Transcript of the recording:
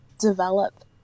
develop